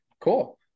cool